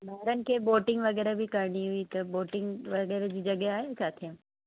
ॿारनि खे बोटिंग वग़ैरह बि करिणी हुई त बोटिंग वग़ैरह जी जॻह आहे काथे